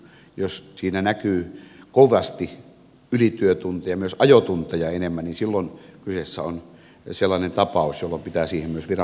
jos siinä näkyy kovasti ylityötunteja myös ajotunteja enemmän niin silloin kyseessä on sellainen tapaus johon pitää myös viranomaisten puuttua